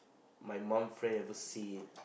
my mum friend ever say